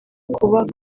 kuba